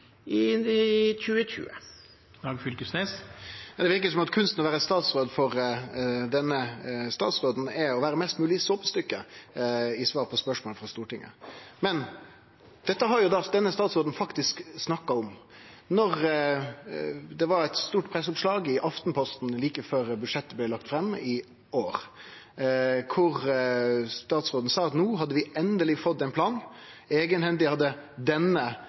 i 2020. Det verkar som om kunsten å vere statsråd for denne statsråden er å vere mest mogleg eit såpestykke i svara på spørsmål frå Stortinget. Men dette har denne statsråden faktisk snakka om da det var eit stort presseoppslag i Aftenposten like før budsjettet blei lagt fram i år. Da sa statsråden at no hadde vi endeleg fått ein plan, eigenhendig hadde denne